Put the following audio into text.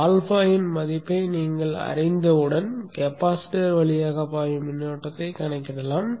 α இன் மதிப்பை நீங்கள் அறிந்தவுடன் கெபாசிட்டர் வழியாக பாயும் மின்னோட்டத்தைக் கணக்கிடலாம்